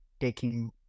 taking